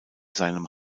seinem